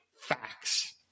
facts